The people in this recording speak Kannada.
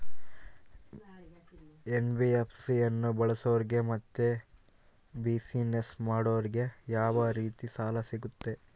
ಎನ್.ಬಿ.ಎಫ್.ಸಿ ಅನ್ನು ಬಳಸೋರಿಗೆ ಮತ್ತೆ ಬಿಸಿನೆಸ್ ಮಾಡೋರಿಗೆ ಯಾವ ರೇತಿ ಸಾಲ ಸಿಗುತ್ತೆ?